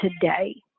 today